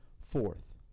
fourth